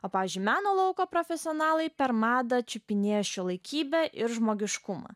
o pavyzdžiui meno lauko profesionalai per madą čiupinėja šiuolaikybę ir žmogiškumą